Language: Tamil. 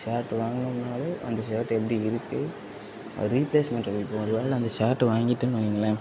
ஷர்ட் வாங்கணும்னாவே அந்த ஷர்ட் எப்படி இருக்கு ரீப்ளேஸ்மெண்ட் இருக்கும் ஒரு வேளை அந்த ஷர்ட் வாங்கிட்டேன்னு வைங்களேன்